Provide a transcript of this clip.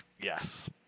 Yes